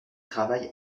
travaille